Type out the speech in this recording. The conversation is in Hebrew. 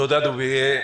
תודה, דובי.